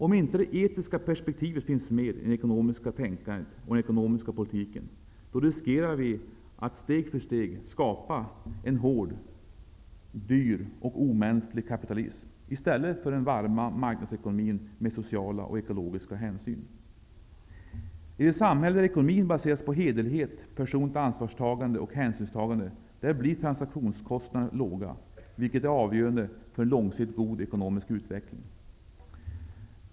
Om inte det etiska perspektivet finns med i det ekonomiska tänkandet och i den ekonomiska politiken, riskerar vi att steg för steg skapa en hård, dyr och omänsklig kapitalism, i stället för den varma marknadsekonomin med sociala och ekologiska hänsyn. I det samhälle där ekonomin baseras på hederlighet, personligt ansvarstagande och hänsynstagande blir transaktionskostnaderna låga, vilket är avgörande för en långsiktigt god ekonomisk utveckling.